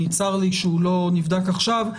צר לי שהוא לא נבדק עכשיו.